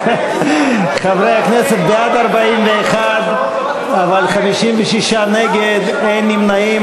חברי הכנסת, בעד, 41, אבל 56 נגד, אין נמנעים.